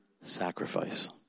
sacrifice